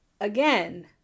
again